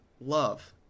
love